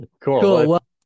Cool